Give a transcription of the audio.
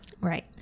Right